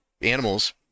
animals